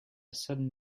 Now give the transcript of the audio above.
sudden